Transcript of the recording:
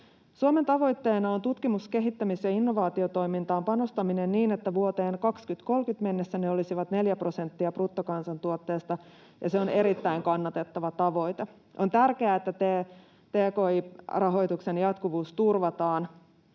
Suomen tavoitteena on tutkimus‑, kehittämis‑ ja innovaatiotoimintaan panostaminen niin, että vuoteen 2030 mennessä ne olisivat 4 prosenttia bruttokansantuotteesta, ja se on erittäin kannatettava tavoite. On tärkeää, että tki-rahoituksen jatkuvuus turvataan